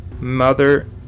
Mother